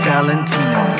Valentino